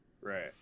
Right